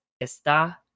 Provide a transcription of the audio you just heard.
está